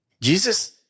Jesus